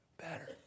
better